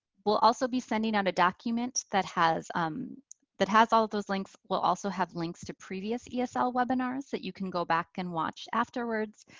we'll also be sending out a document that has um that has all those links. it will also have links to previous esl webinars that you can go back and watch afterwards.